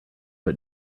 but